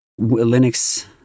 Linux